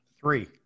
Three